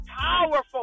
powerful